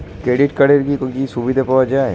Credit কার্ডের কি কি সুবিধা পাওয়া যায়?